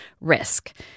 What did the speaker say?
risk